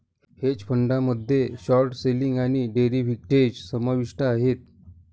hedge फंडामध्ये short selling आणि derivatives समाविष्ट आहेत